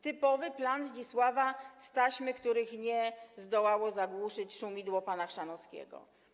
Typowy plan Zdzisława z taśm, których nie zdołało zagłuszyć szumidło pana Chrzanowskiego.